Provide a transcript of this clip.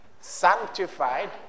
sanctified